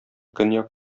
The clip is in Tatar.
көньяк